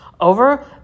over